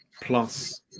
plus